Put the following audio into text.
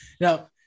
Now